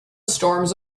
storms